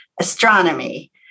astronomy